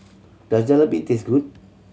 does Jalebi taste good